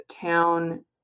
town